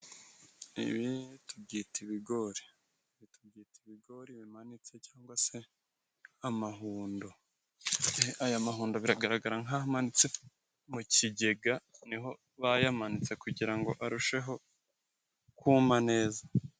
Ibi tubyita ibigori. Tubyita ibigori bimanitse cyangwa se amahundo. Aya mahundo biragaragara nk'amanitse mu kigega. Ni ho bayamanitse kugira ngo arusheho kuma neza.